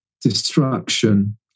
destruction